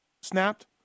snapped